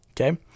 Okay